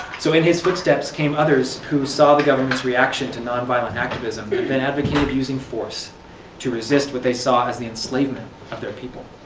so in his footsteps came others who saw the government's reaction to nonviolent activism and advocated using force to resist what they saw as the enslavement of their people.